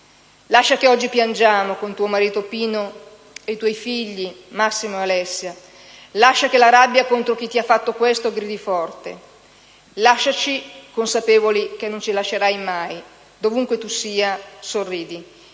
Lascia che oggi piangiamo con tuo marito Pino e i tuoi figli Massimo e Alessia. Lascia che la rabbia contro chi ti ha fatto questo gridi forte. Lasciaci consapevoli che non ci lascerai mai. Dovunque tu sia, sorridi: